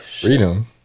Freedom